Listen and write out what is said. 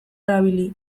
erabili